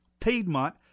Piedmont